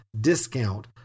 discount